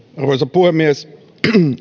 puhemies